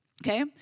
Okay